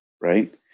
right